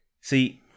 See